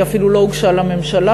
היא אפילו לא הוגשה לממשלה,